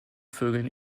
vögeln